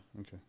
okay